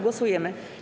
Głosujemy.